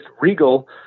Regal